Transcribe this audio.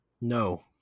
No